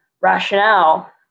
rationale